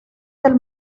del